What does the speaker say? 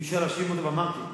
אמרתי,